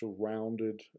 surrounded